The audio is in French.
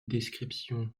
descriptions